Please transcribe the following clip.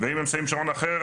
ואם הם שמים שעון אחר,